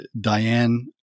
Diane